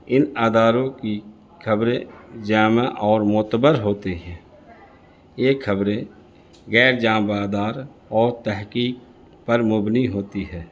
ان اداروں کی خبریں جامع اور معتبر ہوتے ہیں یہ خبریں غیر جانب ادار اور تحقیق پر مبنی ہوتی ہے